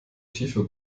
tiefe